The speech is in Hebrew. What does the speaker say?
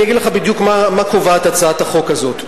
אני אגיד לך בדיוק מה קובעת הצעת החוק הזו.